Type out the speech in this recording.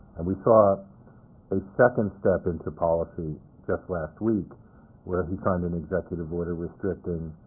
and we saw a second step into policy just last week where he signed an executive order restricting